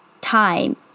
time